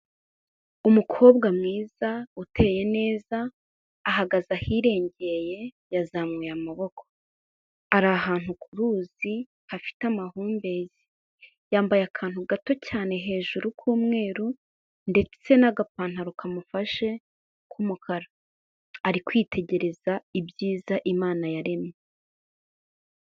Umukobwa mwiza, uteye neza, ahagaze ahirengeye, yazamuye amaboko. Ari ahantu ku ruzi, hafite amahumbezi. Yambaye akantu gato cyane, hejuru k'umweru ndetse n'agapantaro kamufashe k'umukara. Ari kwitegereza ibyiza Imana yaremye.